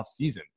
offseason